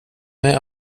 mig